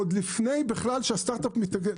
עוד לפני בכלל שהסטארט אפ מתהווה,